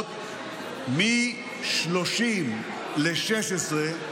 המכמורות מ-30 ל-16,